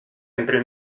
entre